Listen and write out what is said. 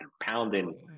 pounding